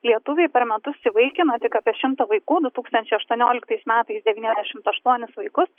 lietuviai per metus įvaikina tik apie šimtą vaikų du tūkstančiai aštuonioliktais metais devyniasdešimt aštuonis vaikus